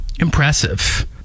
impressive